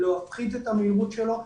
להפחית את המהירות שלו,